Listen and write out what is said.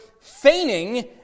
feigning